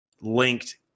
linked